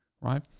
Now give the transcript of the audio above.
Right